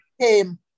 came